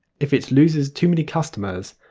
if it loses too many customers,